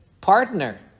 partner